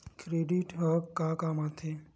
Credit ह का काम आथे?